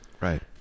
right